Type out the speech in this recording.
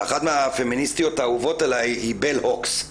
ואחת מהפמיניסטיות האהובות עלי היא בל הוקס.